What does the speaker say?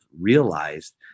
realized